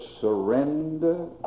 surrender